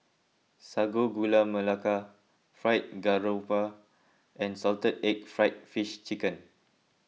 Sago Gula Melaka Fried Garoupa and Salted Egg Fried Fish Skin